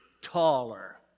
taller